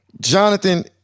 Jonathan